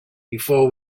before